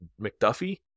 McDuffie